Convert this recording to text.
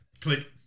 Click